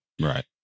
Right